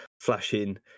flashing